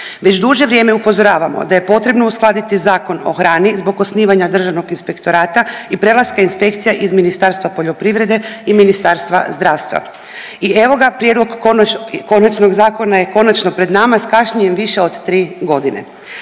Već duže vrijeme upozoravamo da je potrebno uskladiti Zakon o hrani zbog osnivanja državnog inspektorata i prelaska inspekcija iz Ministarstva poljoprivrede i Ministarstva zdravstva i evo ga prijedlog konačnog zakona je konačno pred nama s kašnjenjem više od 3.g..